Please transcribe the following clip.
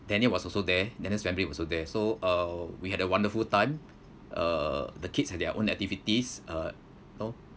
daniel was also there daniel's family was also there so uh we had a wonderful time uh the kids their own activities uh you know